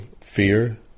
fear